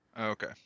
Okay